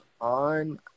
on